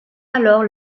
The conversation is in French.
alors